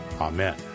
Amen